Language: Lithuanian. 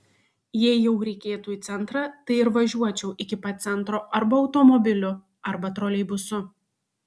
jei jau reikėtų į centrą tai ir važiuočiau iki pat centro arba automobiliu arba troleibusu